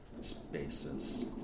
spaces